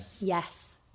Yes